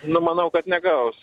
numanau kad negaus